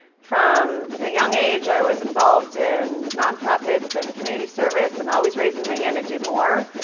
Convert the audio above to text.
from a young age, i was involved in nonprofits and community service and always raising my hand to do more.